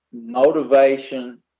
motivation